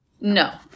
no